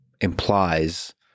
implies